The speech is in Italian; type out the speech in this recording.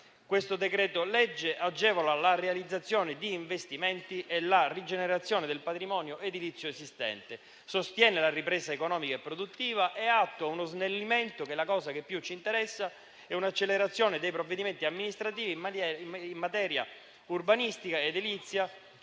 Il decreto-legge in esame agevola la realizzazione di investimenti e la rigenerazione del patrimonio edilizio esistente, sostiene la ripresa economica e produttiva e attua uno snellimento - questa è la cosa che più ci interessa - e un'accelerazione dei provvedimenti amministrativi in materia urbanistica e edilizia,